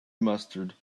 mustard